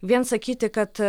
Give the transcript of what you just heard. vien sakyti kad